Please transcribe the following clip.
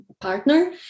partner